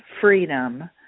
freedom